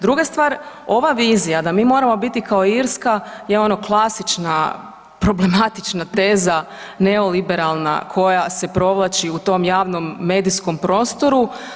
Druga stvar ova vizija da mi moramo biti kao Irska je ono klasična problematična teza neoliberalna koja se provlači u tom javnom medijskom prostoru.